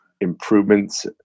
improvements